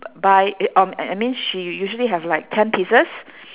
buy um I mean she usually have like ten pieces